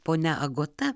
ponia agota